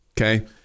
okay